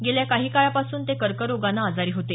गेल्या काही काळापासून ते कर्करोगानं आजारी होते